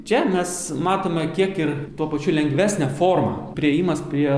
čia mes matome kiek ir tuo pačiu lengvesnę formą priėjimas prie